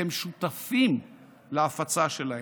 אתם שותפים להפצה שלהם.